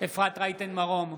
אפרת רייטן מרום,